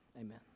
amen